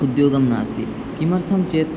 उद्योगं नास्ति किमर्थं चेत्